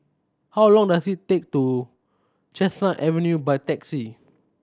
how long does it take to Chestnut Avenue by taxi